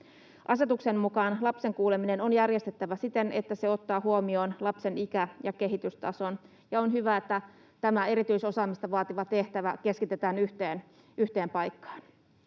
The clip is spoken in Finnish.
Asetuksen mukaan lapsen kuuleminen on järjestettävä siten, että se ottaa huomioon lapsen iän ja kehitystason, ja on hyvä, että tämä erityisosaamista vaativa tehtävä keskitetään yhteen paikkaan.